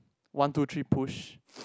one two three push